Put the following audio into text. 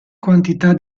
quantità